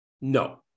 No